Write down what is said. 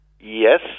Yes